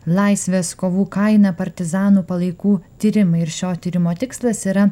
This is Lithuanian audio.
laisvės kovų kaina partizanų palaikų tyrimai ir šio tyrimo tikslas yra